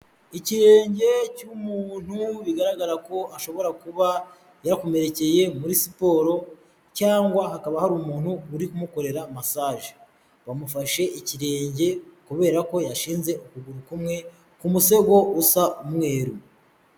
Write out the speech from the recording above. Ikirenge cy'umuntu bigaragara ko ashobora kuba yakomerekeye muri siporo cyangwa hakaba hari umuntu uri kumukorera masaje, bamufashe ikirenge kubera ko yashinze ukuguru kumwe ku mutego usa umweru.